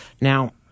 Now